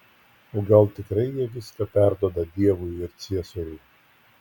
o gal tikrai jie viską perduoda dievui ir ciesoriui